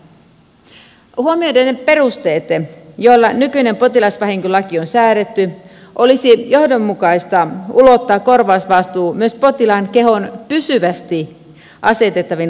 huomioiden ne perusteet joilla nykyinen potilasvahinkolaki on säädetty olisi johdonmukaista ulottaa korvausvastuu myös potilaan kehoon pysyvästi asennettaviin laitteisiin